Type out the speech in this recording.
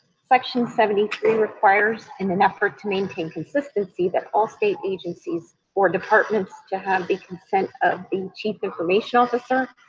section seventy three requires in an effort to maintain consistency that all state agencies or departments to have the consent of the chief information officer,